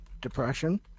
depression